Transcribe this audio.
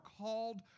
called